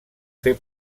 fer